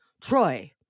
Troy